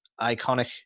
iconic